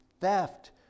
theft